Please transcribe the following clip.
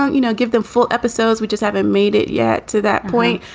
you know, give them full episodes. we just haven't made it yet to that point.